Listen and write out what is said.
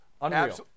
Unreal